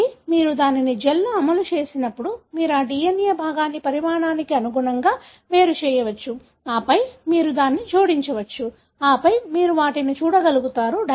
కాబట్టి మీరు దానిని జెల్లో అమలు చేసినప్పుడు మీరు ఆ DNA భాగాన్ని పరిమాణానికి అనుగుణంగా వేరు చేయవచ్చు ఆపై మీరు డైని జోడించవచ్చు ఆపై మీరు వాటిని చూడగలుగుతారు